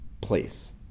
place